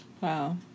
Wow